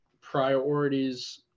priorities